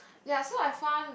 ya so I found